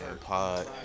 pod